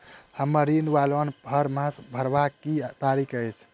हम्मर ऋण वा लोन हरमास भरवाक की तारीख अछि?